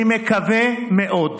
אני מקווה מאוד,